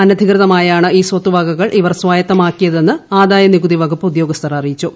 അനധികൃതമായാണ് ഈ സ്വത്തു വകകൾ ഇവർ സ്വായത്തമാക്കിയതെന്ന് ആദായ നികുതി വകുപ്പ് ഉദ്യോഗസ്ഥർ അറിയിച്ചു